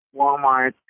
Walmart